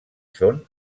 són